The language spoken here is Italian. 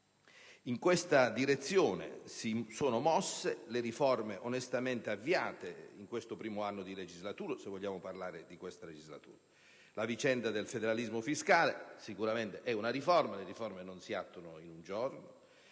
In questa direzione si sono mosse le riforme onestamente avviate in questo primo anno di legislatura, se vogliamo parlare di questa legislatura. La vicenda del federalismo fiscale è sicuramente una riforma e le riforme non si attuano in un giorno: